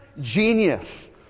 genius